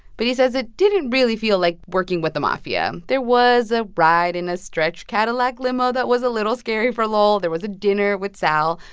but he says it didn't really feel like working with the mafia. mafia. there was a ride in a stretch cadillac limo that was a little scary for lowell. there was a dinner with sal.